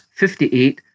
58